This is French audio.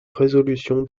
résolution